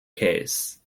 case